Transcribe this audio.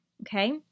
Okay